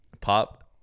pop